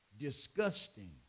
Disgusting